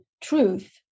truth